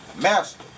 Master